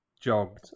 jogged